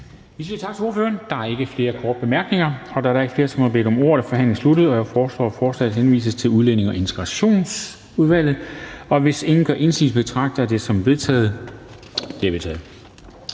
Vi siger tak til ordføreren. Der er ikke flere korte bemærkninger. Da der ikke er flere, som har bedt om ordet, er forhandlingen sluttet. Jeg foreslår, at forslaget henvises til Udlændinge- og Integrationsudvalget. Hvis ingen gør indsigelse, betragter jeg det som vedtaget. Det er vedtaget.